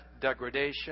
degradation